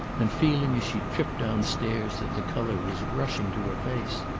and feeling as she tripped downstairs that the colour was rushing to her face.